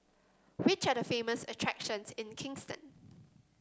which are the famous attractions in Kingston